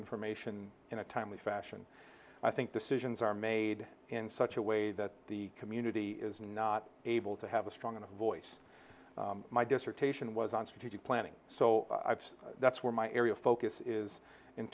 information in a timely fashion i think decisions are made in such a way that the community is not able to have a strong enough voice my dissertation was on strategic planning so that's where my area of focus is in